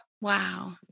Wow